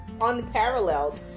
unparalleled